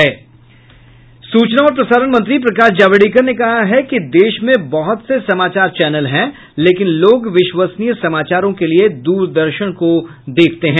सूचना और प्रसारण मंत्री प्रकाश जावड़ेकर ने कहा कि देश में बहुत से समाचार चैनल हैं लेकिन लोग विश्वसनीय समाचारों के लिए द्रदर्शन को देखते हैं